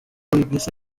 mbese